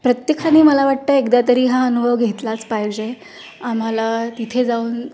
प्रत्येकाने मला वाटतं एकदा तरी हा अनुभव घेतलाच पाहिजे आम्हाला तिथे जाऊन